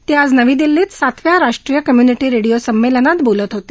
ते आज नवी दिल्ली इथं सातव्या राष्ट्रीय कम्युनिटी रेडिओ संमेलनात बोलत होते